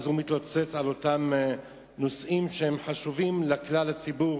הוא מתלוצץ, באותם נושאים שהם חשובים לכלל הציבור